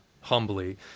humbly